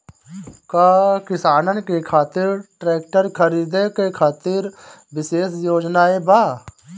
का किसानन के खातिर ट्रैक्टर खरीदे खातिर विशेष योजनाएं बा?